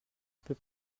peux